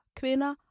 kvinder